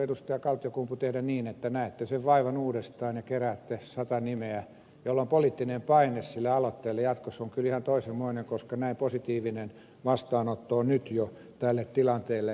kaltiokumpu tehdä niin että näette sen vaivan uudestaan ja keräätte sata nimeä jolloin poliittinen paine sille aloitteelle jatkossa on kyllä ihan toisenmoinen koska näin positiivinen vastaanotto on nyt jo tälle tilanteelle